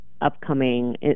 upcoming